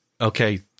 okay